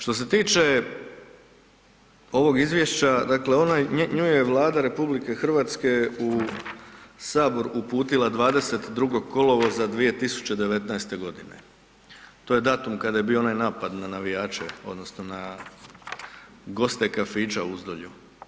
Što se tiče ovog izvješća, dakle ona je, nju je Vlada RH u sabor uputila 22. kolovoza 2019.g. To je datum kada je bio onaj napad na navijače odnosno na goste kafića u Uzdolju.